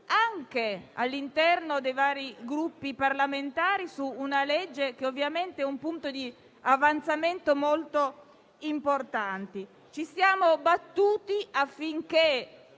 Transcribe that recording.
anche all'interno dei vari Gruppi parlamentari, su un disegno di legge che è un punto di avanzamento molto importante. Ci siamo battuti affinché